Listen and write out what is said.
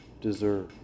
deserve